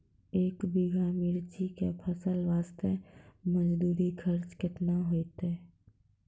एक बीघा मिर्ची के फसल वास्ते मजदूरी खर्चा केतना होइते?